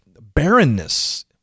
barrenness